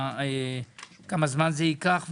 כמה זמן זה ייקח,